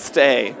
Stay